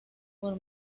por